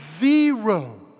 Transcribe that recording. zero